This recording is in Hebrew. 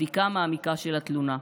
בדיקה מעמיקה של התלונה.